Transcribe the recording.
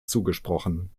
zugesprochen